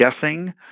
guessing